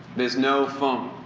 there's no phone,